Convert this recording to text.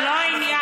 זה לא העניין.